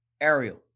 Ariel